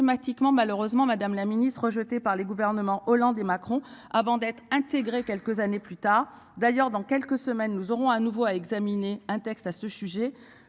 systématiquement malheureusement Madame la Ministre rejetée par les gouvernements Hollande et Macron avant d'être intégré. Quelques années plus tard d'ailleurs dans quelques semaines nous aurons à nouveau à examiner un texte à ce sujet